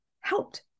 helped